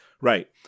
right